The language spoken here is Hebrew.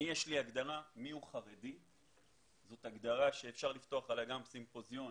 לי יש הגדרה מי הוא חרדי וזאת הגדרה שאפשר לפתוח עליה סימפוזיון